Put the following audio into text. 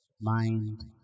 mind